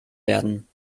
werden